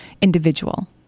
individual